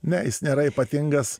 ne jis nėra ypatingas